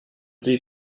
sie